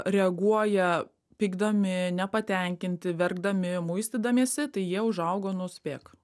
reaguoja pykdami nepatenkinti verkdami muistydamiesi tai jie užaugo nu spėk